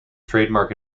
trademark